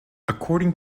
according